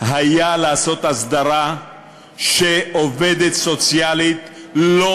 הייתה לעשות הסדרה שעובדת סוציאלית לא